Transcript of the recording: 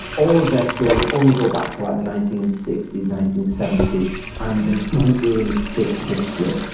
all of their stories only go back to like the nineteen sixty s, nineteen seventy s and they don't really fit history.